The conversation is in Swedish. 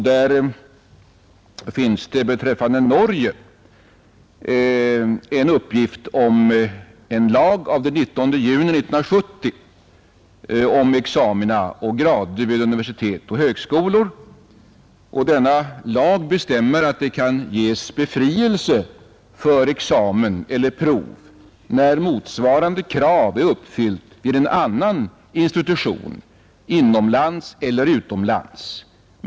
Däri finns beträffande Norge en uppgift om en lag av den 19 juni 1970 om examina och grader vid universitet och högskolor. Denna lag bestämmer att det kan ges befrielse från examen eller prov när motsvarande krav är uppfyllt vid en annan institution inomlands eller utomlands.